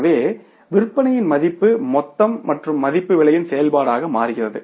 எனவே விற்பனையின் மதிப்பு மொத்தம் மற்றும் மதிப்பு விலையின் செயல்பாடாக மாறுகிறது